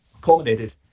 culminated